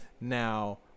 Now